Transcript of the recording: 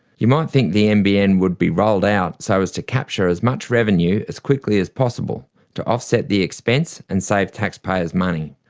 you might think the nbn would be rolled out so as to capture as much revenue as quickly as possible, to offset the expense and save taxpayers' money.